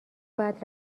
بعد